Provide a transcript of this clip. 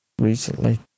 recently